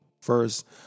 First